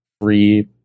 free